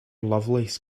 lovelace